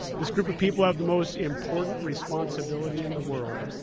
this group of people have the most important responsibility in the world.